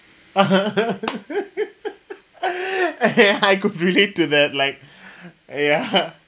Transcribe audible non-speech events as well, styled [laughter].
[laughs] eh I could relate to that like ya